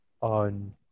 on